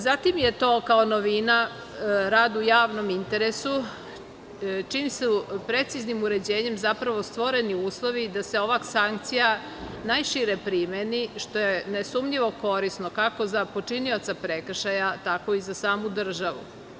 Zatim je to kao novina, rad u javnom interesu, čijim su preciznim uređenjem zapravo stvoreni uslovi da se ova sankcija najšire primeni, što je nesumnjivo korisno kako za počinioca prekšaja tako i za samu državu.